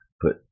put